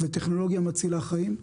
טכנולוגיה מצילה חיים.